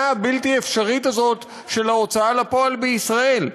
הבלתי-אפשרית הזאת של ההוצאה לפועל בישראל.